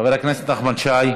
חבר הכנסת נחמן שי.